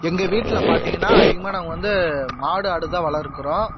எங்கள் வீட்டில் பார்த்தீங்கன்னா அதிகமாக நாங்கள் வந்து மாடு ஆடு தான் வளர்க்கிறோம்